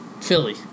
Philly